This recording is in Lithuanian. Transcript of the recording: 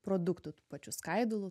produktų tų pačių skaidulų